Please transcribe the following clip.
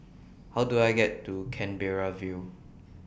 How Do I get to Canberra View